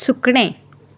सुकणें